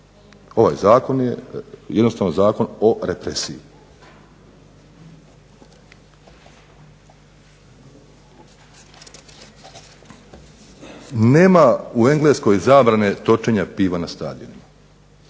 ovaj zakon jednostavno zakon o represiji. Nema u Engleskoj zabrane točenja piva na stadionu.